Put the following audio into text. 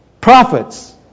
Prophets